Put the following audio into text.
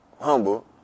humble